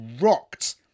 rocked